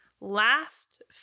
last